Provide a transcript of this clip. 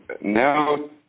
now